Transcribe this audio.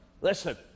Listen